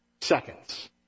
seconds